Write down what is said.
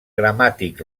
gramàtic